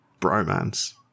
bromance